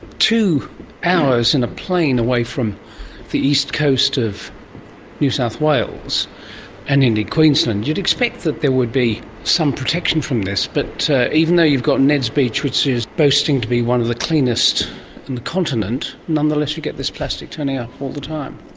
two hours in a plane away from the east coast of new south wales and indeed queensland, you'd expect that there would be some protection from this, but even though you've got ned's beach, which is boasting to be one of the cleanest in the continent, nonetheless you get this plastic turning up ah all the time.